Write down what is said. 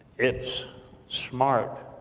it's smart